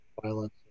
violence